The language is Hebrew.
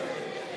נגד נחמן